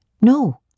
No